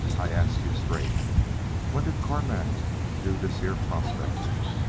i ask you straight when did carmack do this here prospecting?